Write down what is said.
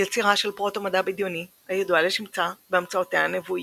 יצירה של פרוטו-מדע בדיוני הידועה לשמצה בהמצאותיה הנבואיות.